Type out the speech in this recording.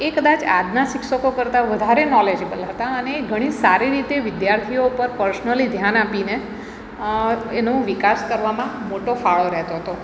એ કદાચ આજના શિક્ષકો કરતા વધારે નોલેજેબલ હતા અને ઘણી સારી રીતે વિદ્યારર્થીઓ ઉપર પર્સનલી ધ્યાન આપીને એનું વિકાસ કરવામાં મોટો ફાળો રેતો તો